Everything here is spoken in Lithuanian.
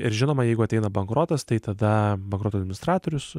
ir žinoma jeigu ateina bankrotas tai tada bankroto administratorius